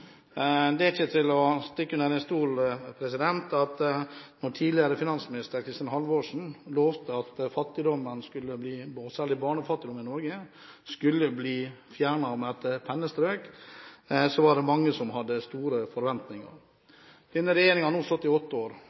Det er ikke til å stikke under stol at da tidligere finansminister Kristin Halvorsen lovte at fattigdommen i Norge – og særlig barnefattigdommen – skulle bli fjernet med et pennestrøk, var det mange som hadde store forventinger. Den regjeringen som nå har avgått, har sittet i åtte år,